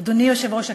אדוני היושב-ראש,